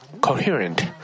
coherent